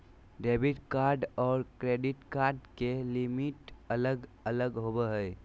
debit card आर credit card के limit अलग अलग होवो हय